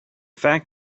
fact